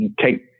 take